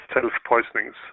self-poisonings